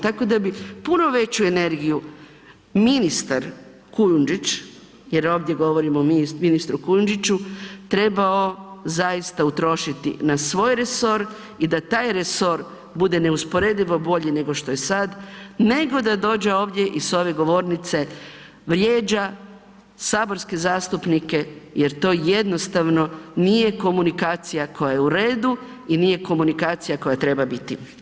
Tako da bi puno veću energiju ministar Kujundžić, jer ovdje govorimo o ministru Kujundžiću trebao zaista utrošiti na svoj resor i da taj resor bude neusporedivo bolji nego što je sad nego da dođe ovdje i s ove govornice vrijeđa saborske zastupnike jer to jednostavno nije komunikacija koja je u redu i nije komunikacija koja treba biti.